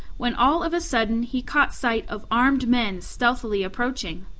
when all of a sudden he caught sight of armed men stealthily approaching.